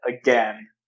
again